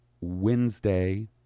Wednesday